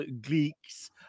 geeks